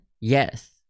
Yes